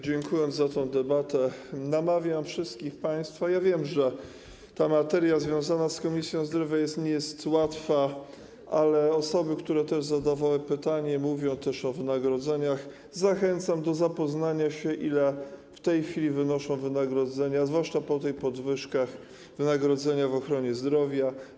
Dziękując za tę debatę, namawiam wszystkich państwa - ja wiem, że ta materia związana z Komisją Zdrowia nie jest łatwa, ale osoby, które zadawały pytania, mówią też o wynagrodzeniach - zachęcam do zapoznania się z tym, ile w tej chwili wynoszą wynagrodzenia, zwłaszcza po tych podwyżkach, w ochronie zdrowia.